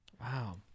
Wow